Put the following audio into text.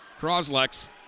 Croslex